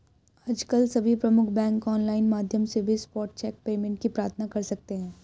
आजकल सभी प्रमुख बैंक ऑनलाइन माध्यम से भी स्पॉट चेक पेमेंट की प्रार्थना कर सकते है